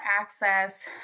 access